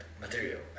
material